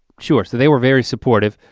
sure, so they were very supportive.